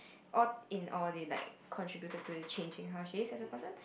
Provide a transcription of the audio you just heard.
all in all they like contributed to the change in how she is as a person